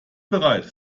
bereit